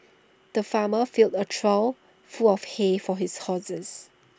the farmer filled A trough full of hay for his horses